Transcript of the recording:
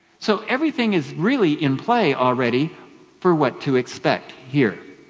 so everything is really in play already for what to expect here,